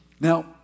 Now